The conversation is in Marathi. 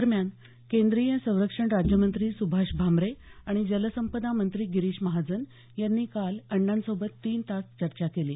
दरम्यान केंद्रीय संरक्षण राज्यमंत्री सुभाष भामरे आणि जलसंपदा मंत्री गिरीश महाजन यांनी काल अण्णांसोबत तीन तास चर्चा केली